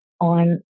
on